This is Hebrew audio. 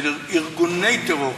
של ארגוני טרור,